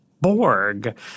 Borg